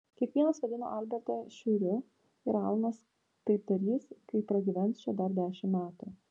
kiekvienas vadino albertą šiuriu ir alanas taip darys kai pragyvens čia dar dešimt metų